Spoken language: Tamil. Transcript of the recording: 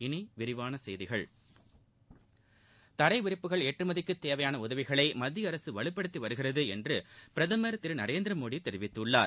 இனி விரிவான செய்திகள் தரைவிரிப்புகள் ஏற்றுமதிக்கு தேவையான உதவிகளை மத்திய அரசு வலுப்படுத்தி வருகிறது என்று பிரதமர் திரு நரேந்திர மோடி தெரிவித்துள்ளார்